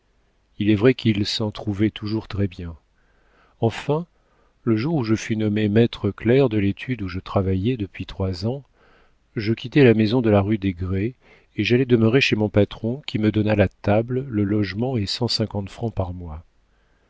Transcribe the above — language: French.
il est vrai qu'il s'en trouvait toujours très bien enfin le jour où je fus nommé maître clerc de l'étude où je travaillais depuis trois ans je quittai la maison de la rue des grès et j'allai demeurer chez mon patron qui me donna la table le logement et cent cinquante francs par mois